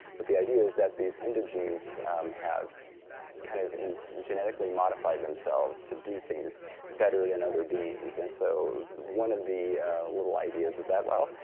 but the idea is that these indojinsen have kind of genetically modified themselves to do things better than other beings. and so one of the little ideas with that, well,